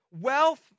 wealth